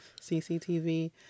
CCTV